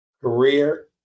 career